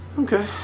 Okay